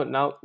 Now